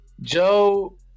Joe